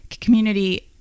community